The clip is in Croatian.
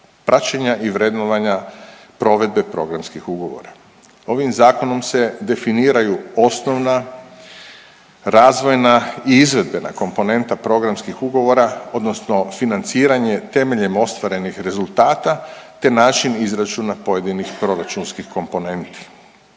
praćenja i vrednovanja provedbe programskih ugovora. Ovim zakonom se definiraju osnovna, razvojna i izvedbena komponenta programskih ugovora odnosno financiranje temeljem ostvarenih rezultata te način izračuna pojedinih proračunskih komponenti.